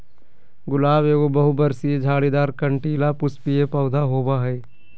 गुलाब एगो बहुवर्षीय, झाड़ीदार, कंटीला, पुष्पीय पौधा होबा हइ